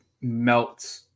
melts –